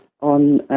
on